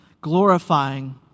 glorifying